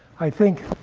i think,